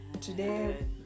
Today